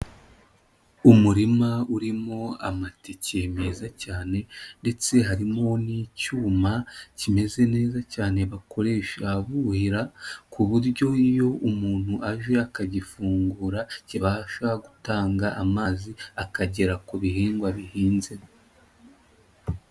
Umurima urimo amateke meza cyane ndetse harimo n'icyuma, kimeze neza cyane bakoresha buhira, ku buryo iyo umuntu aje akagifungura kibasha gutanga amazi, akagera ku bihingwa bihinze.